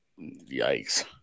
Yikes